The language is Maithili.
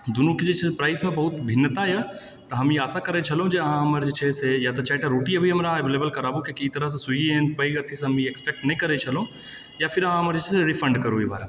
दुनू के जे छै से प्राइस मे बहुत भिन्नता यऽ तऽ हम ई आशा करै छलहुॅं हँ जे अहाँ हमर जे छै से या तऽ चारिटा रोटी अभी हमरा एवेलेबल कराबू किएकि एहि तरहसँ स्विगी एहन पैघ अथिसँ हम ई एक्सपेक्स्ट नहि करै छलहुॅं हँ या फिर अहाँ हमर जे छै से रिफन्ड करू ई बला